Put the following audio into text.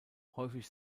häufig